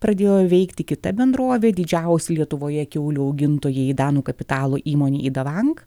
pradėjo veikti kita bendrovė didžiausi lietuvoje kiaulių augintojai danų kapitalo įmonė idavank